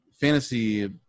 fantasy